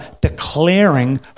declaring